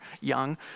young